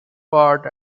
part